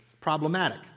problematic